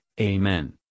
Amen